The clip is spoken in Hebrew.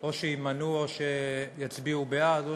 או שיימנעו או שיצביעו בעד או